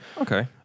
Okay